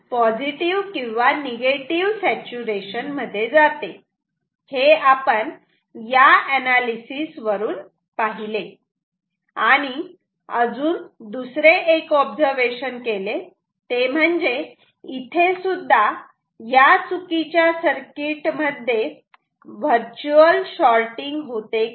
ते पॉझिटिव्ह किंवा negative saturation मध्ये जाते हे आपण या अनालीसिस वरून पाहिले आणि अजून दुसरे ऑब्झर्वेशन केले ते म्हणजे इथेसुद्धा या चुकीच्या सर्किट मध्ये वर्च्युअल शॉटिंग होते का